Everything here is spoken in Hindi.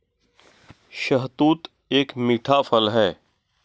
शहतूत एक मीठा फल है